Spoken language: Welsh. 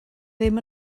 ddim